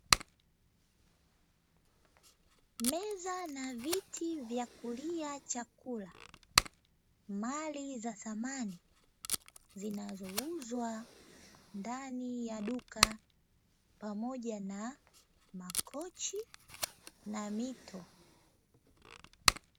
Meza na viti vya kulia chakula, mali za dhamani zinazouzwa ndani ya duka pamoja na makochi na mito.